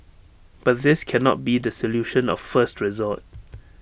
but this cannot be the solution of first resort